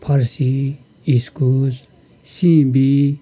फर्सी इस्कुस सिमी